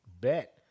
bet